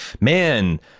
Man